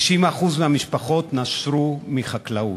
60% מהמשפחות נשרו מחקלאות.